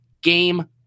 game